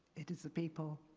it is the people,